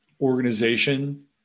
organization